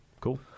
cool